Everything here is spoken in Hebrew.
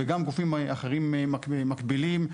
וגם גופים אחרים מקבילים.